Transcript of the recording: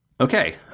Okay